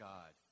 God